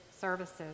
services